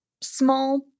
small